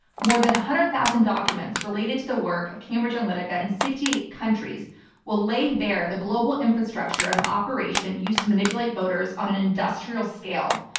more than a hundred thousand documents related to the work of cambridge analytica in sixty eight countries will lay bare, the global infrastructure of an operation used to manipulate voters on an industrial scale.